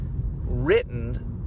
written